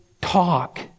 talk